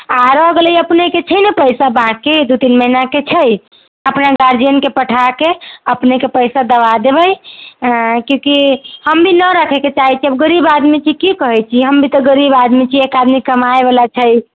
आ रहि गेलै अपनेके छै ने पैसा बाँकि दू तीन महिनाके छै अपना गार्जियनके पठाके अपनेके पैसा दिया देबै आँ किआकि हम भी नहि रखैके चाहैत छियै गरीब आदमी छी की कहैत छी हम भी तऽ गरीब आदमी छियै एक आदमी कमाय बला छै